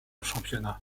championnat